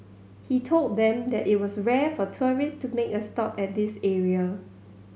he told them that it was rare for tourist to make a stop at this area